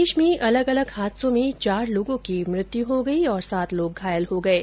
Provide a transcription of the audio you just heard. प्रदेश में अलग अलग हादसों में चार लोगो की मृत्यु हो गई है और सात लोग घायल हो गये है